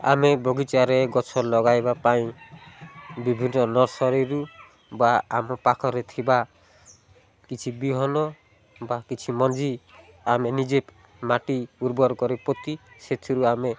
ଆମେ ବଗିଚାରେ ଗଛ ଲଗାଇବା ପାଇଁ ବିଭିନ୍ନ ନର୍ସରୀରୁ ବା ଆମ ପାଖରେ ଥିବା କିଛି ବିହନ ବା କିଛି ମଞ୍ଜି ଆମେ ନିଜେ ମାଟି ଉର୍ବର କରି ପୋତି ସେଥିରୁ ଆମେ